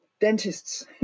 Dentists